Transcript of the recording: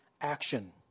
action